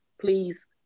please